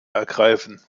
ergreifen